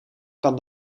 kan